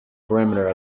perimeter